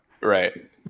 Right